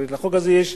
לחוק הזה יש